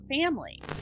family